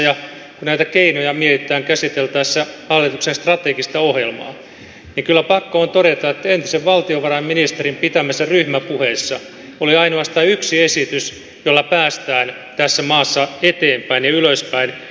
ja kun näitä keinoja mietitään käsiteltäessä hallituksen strategista ohjelmaa niin kyllä pakko on todeta että entisen valtiovarainministerin pitämässä ryhmäpuheessa oli ainoastaan yksi esitys jolla päästään tässä maassa eteenpäin ja ylöspäin